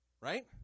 right